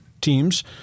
teams